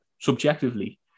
subjectively